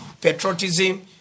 patriotism